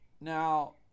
Now